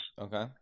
Okay